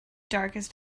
darkest